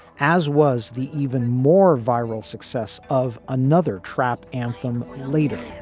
as was the even more viral success of another trap anthem later